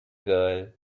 girl